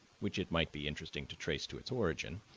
which it might be interesting to trace to its origin,